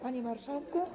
Panie Marszałku!